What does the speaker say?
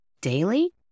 Daily